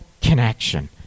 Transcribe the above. connection